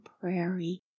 prairie